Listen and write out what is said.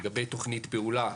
לגבי תוכנית פעולה,